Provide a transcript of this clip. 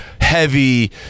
heavy